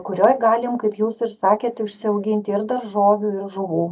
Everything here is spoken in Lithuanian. kurioj galim kaip jūs ir sakėte užsiauginti ir daržovių ir žuvų